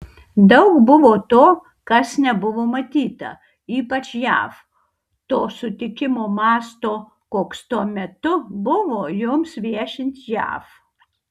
daug buvo to kas nebuvo matyta ypač jav to sutikimo masto koks tuo metu buvo jums viešint jav